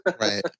Right